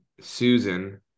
Susan